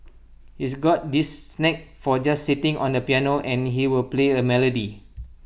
he's got this knack for just sitting on the piano and he will play A melody